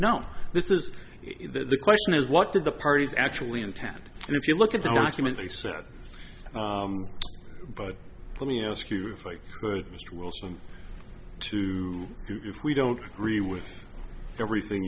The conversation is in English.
now this is the question is what did the parties actually intend and if you look at the document they said but let me ask you if i could mr wilson to do if we don't agree with everything